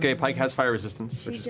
ah pike has fire resistance.